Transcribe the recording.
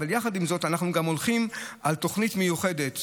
אבל יחד עם זאת אנחנו גם הולכים על תוכנית מיוחדת,